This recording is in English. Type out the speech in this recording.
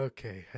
Okay